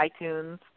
iTunes